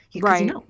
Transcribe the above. Right